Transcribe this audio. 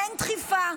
אין דחיפה.